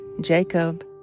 Jacob